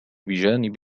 بجانب